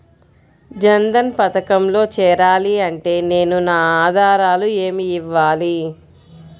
జన్ధన్ పథకంలో చేరాలి అంటే నేను నా ఆధారాలు ఏమి ఇవ్వాలి?